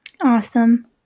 awesome